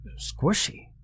squishy